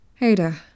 Ada